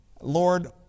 Lord